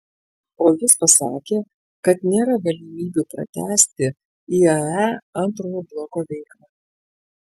o jis pasakė kad nėra galimybių pratęsti iae antrojo bloko veiklą